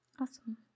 Awesome